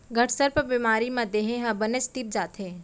घटसर्प बेमारी म देहे ह बनेच तीप जाथे